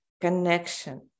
Connection